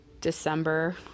December